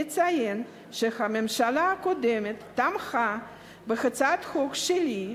אציין שהממשלה הקודמת תמכה בהצעות החוק שלי,